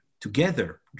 together